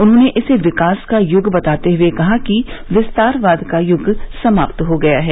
उन्होंने इसे विकास का युग बताते हुए कहा कि विस्तारवाद का युग समाप्त हो गया है